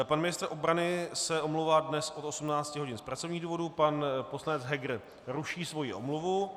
Pan ministr obrany se omlouvá dnes od 18 hodin z pracovních důvodů, pan poslanec Heger ruší svoji omluvu.